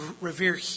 revere